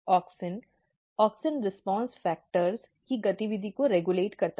auxin auxin response factors' की गतिविधि को रेगुलेट करता है